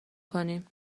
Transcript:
کنیم